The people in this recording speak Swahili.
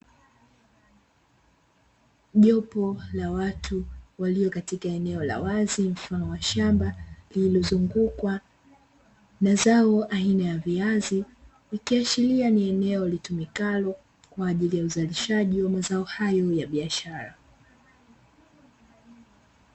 Jopo la watu walio katika eneo la wazi mfano wa shamba lililozungukwa na zao aina ya viazi, ikiashiria ni eneo litumikalo kwaajili ya uzalishaji wa mazao hayo ya biashara.